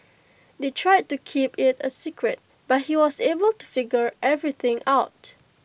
they tried to keep IT A secret but he was able to figure everything out